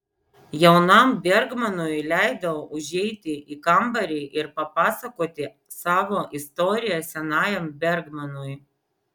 jaunam bergmanui leidau užeiti į kambarį ir papasakoti savo istoriją senajam bergmanui